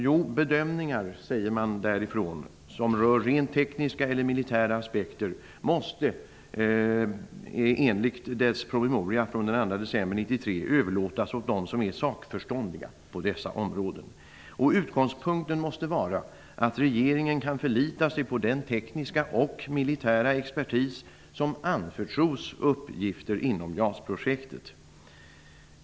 Jo, säger man därifrån, bedömningar som rör rent tekniska eller militära aspekter måste enligt promemoria från den 2 december 1993 överlåtas åt dem som är sakförståndiga på dessa områden. Utgångspunkten måste vara att regeringen kan förlita sig på den tekniska och militära expertis som anförtros uppgifter inom JAS-projektet.